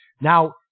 Now